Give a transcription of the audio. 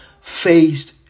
faced